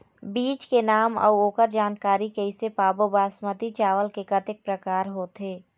बीज के नाम अऊ ओकर जानकारी कैसे पाबो बासमती चावल के कतेक प्रकार होथे?